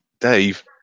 Dave